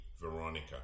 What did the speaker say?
Veronica